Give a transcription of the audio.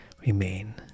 remain